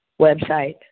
website